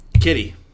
Kitty